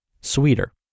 sweeter